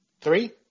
Three